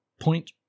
point